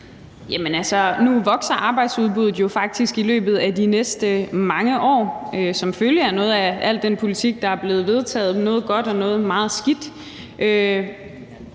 Villadsen (EL): Nu vokser arbejdsudbuddet jo faktisk i løbet af de næste mange år som følge af noget af al den politik, der er blevet vedtaget, og noget er godt, og noget er meget skidt.